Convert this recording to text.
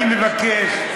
אני מבקש,